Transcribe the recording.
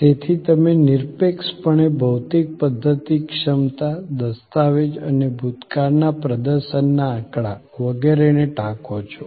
તેથી તમે નિરપેક્ષપણે ભૌતિક પધ્ધતિ ક્ષમતા દસ્તાવેજ અને ભૂતકાળના પ્રદર્શનના આંકડા વગેરેને ટાંકો છો